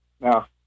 Now